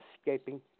escaping